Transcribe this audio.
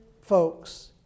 folks